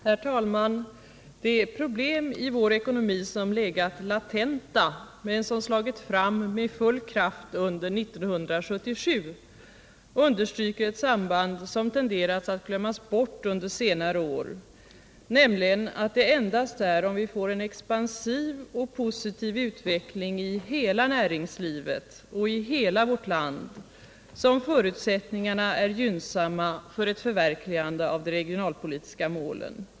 Herr talman! De problem i vår ekonomi som legat latenta men som slagit fram med full kraft under 1977 understryker ett samband som tenderat att glömmas bort under senare år, nämligen att det endast är om vi får en expansiv och positiv utveckling i hela näringslivet och hela vårt land som förutsättningarna är gynnsamma för ett förverkligande av de regionalpolitiska målen.